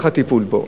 איך הטיפול בו?